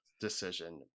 decision